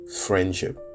Friendship